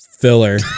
Filler